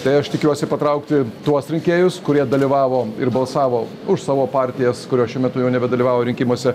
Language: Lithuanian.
tai aš tikiuosi patraukti tuos rinkėjus kurie dalyvavo ir balsavo už savo partijas kurios šiuo metu jau nebedalyvauja rinkimuose